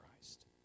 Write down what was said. Christ